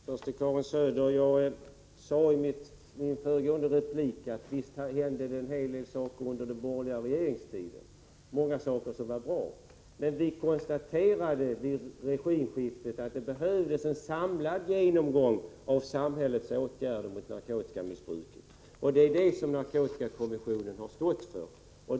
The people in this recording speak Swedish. Herr talman! Jag vänder mig först till Karin Söder. Jag sade i min föregående replik att det visst hände en hel del saker under den borgerliga regeringstiden, många saker som var bra. Men vi konstaterade vid regimskiftet att det behövdes en samlad genomgång av samhällets åtgärder mot narkotikamissbruket, och det är det som narkotikakommissionen har stått för.